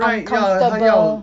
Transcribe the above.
uncomfortable